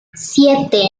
siete